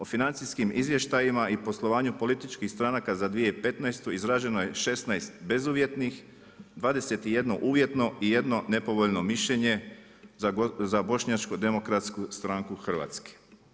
O financijskim izvještajima i poslovanju političkih stranaka za 2015. izrađeno je 16 bezuvjetnih, 21 uvjetno i 1 nepovoljno mišljenje za Bošnjačku demokratsku stranku Hrvatske.